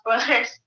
spoilers